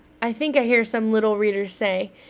i think i hear some little reader say,